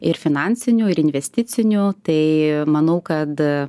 ir finansinių ir investicinių tai manau kad